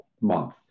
month